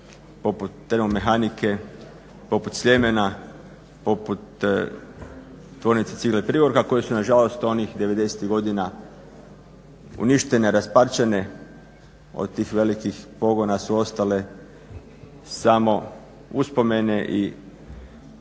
poput Termomehanike, poput Sljemena, poput Tvornice cigle Prigorka koji su nažalost onih devedesetih godina uništene, rasparčene. Od tih velikih pogona su ostale samo uspomene i